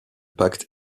pacte